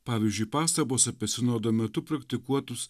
pavyzdžiui pastabos apie sinodo metu praktikuotus